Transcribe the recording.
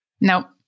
Nope